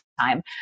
time